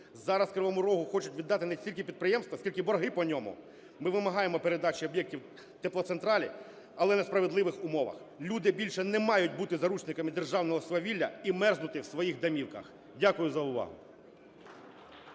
Зараз Кривому Рогу хочуть віддати не стільки підприємство, скільки борги по ньому. Ми вимагаємо передачі об'єктів "Теплоцентралі", але на справедливих умовах. Люди більше не мають бути заручниками державного свавілля і мерзнути в своїх домівках. Дякую за увагу.